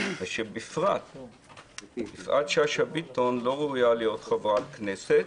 ושבפרט יפעת שאשא ביטון לא ראויה להיות חברת כנסת.